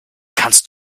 kannst